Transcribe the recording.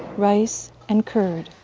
rice, and curd.